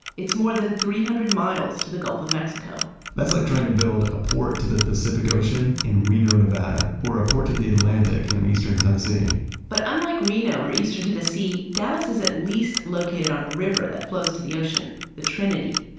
it's more than three hundred miles to the gulf of mexico that's like trying to build a port to the pacific ocean in reno, nevada, or a port to the atlantic in eastern tennessee but unlike reno or eastern tennessee, dallas is at least located on a river that flows to the ocean, the trinity.